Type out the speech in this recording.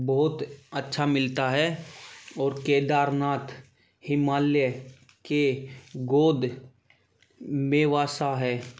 बहुत अच्छा मिलता है और केदारनाथ हिमालय की गोद में बसा है